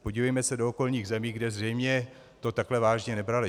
Podívejme se do okolních zemí, kde zřejmě to takhle vážně nebrali.